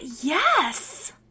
Yes